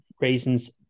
reasons